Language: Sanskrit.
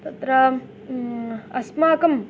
तत्र अस्माकम्